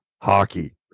Hockey